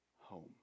home